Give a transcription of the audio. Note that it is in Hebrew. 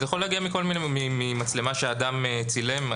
זה יכול להגיע ממצלמה שאדם צילם.